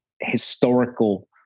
historical